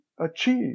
achieve